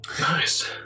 Nice